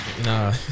Nah